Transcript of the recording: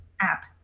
app